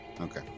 Okay